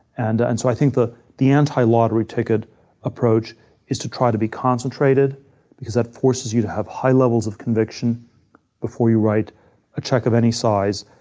and and so i think the the anti lottery ticket approach is to try to be concentrated because that forces you to have high levels of conviction before you write a check of any size.